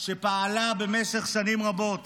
שפעלה במשך שנים רבות